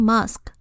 Musk